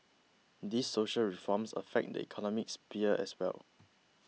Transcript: these social reforms affect the economic sphere as well